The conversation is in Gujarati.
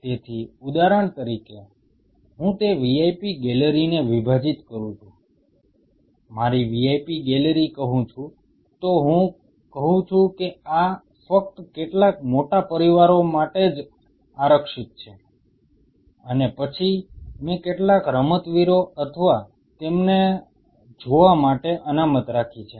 તેથી ઉદાહરણ તરીકે હું તે VIP ગેલેરીને વિભાજીત કરું છું મારી VIP ગેલેરી કહું છું તો હું કહું છું કે આ ફક્ત કેટલાક મોટા પરિવારો માટે જ આરક્ષિત છે અને પછી મેં કેટલાક રમતવીરો અથવા તેમના જોવા માટે અનામત રાખી છે